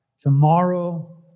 tomorrow